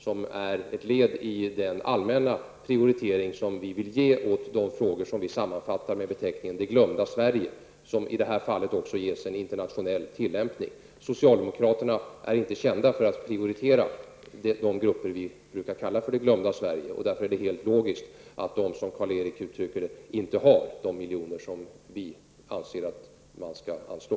Den är ett led i den allmänna prioritering som vi vill ge åt de frågor som vi sammanfattar med beteckningen Det glömda Sverige. I det här fallet ges det också en internationell tillämpning. Socialdemokraterna är inte kända för att prioritera de grupper vi brukar kalla för Det glömda Sverige. Därför är det helt logiskt att de, som Karl-Erik Svartberg uttrycker det, inte har de miljoner som vi anser att man skall anslå.